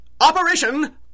Operation